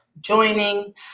joining